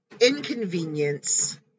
inconvenience